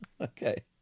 Okay